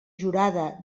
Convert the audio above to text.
jurada